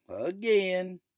again